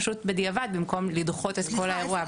פשוט בדיעבד במקום לדחות את כל האירוע.